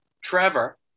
Trevor